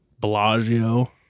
Bellagio